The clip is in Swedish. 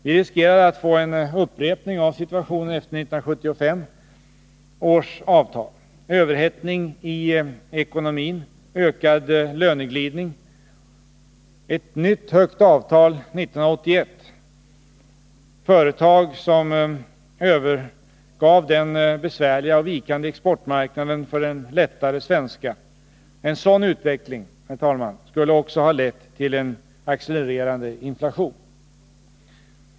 Vi riskerade att få en upprepning av situationen efter 1975 års avtal: överhettning i ekonomin, ökad löneglidning, ett nytt högt avtal 1981, företag som övergav den besvärliga och vikande exportmarknaden för den lättare svenska. En sådan utveckling, herr talman, skulle också ha lett till en accelererande inflation.